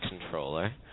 controller